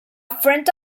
friend